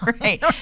Right